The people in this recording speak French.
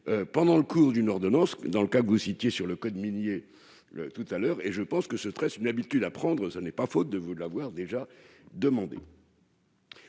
pendant le cours d'une ordonnance, dans le cas que vous citiez sur le code minier, le tout à l'heure et je pense que c'est très c'est une habitude à prendre ce n'est pas faute de vous de l'avoir déjà demandé.